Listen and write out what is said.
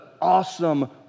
awesome